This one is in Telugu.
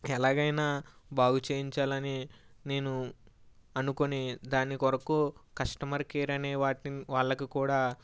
ఎలాగైనా బాగుచేయించాలని నేను అనుకొని దాని కొరకు కస్టమర్ కేర్ అనే వాటిని వాళ్ళకి కూడా